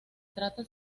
trata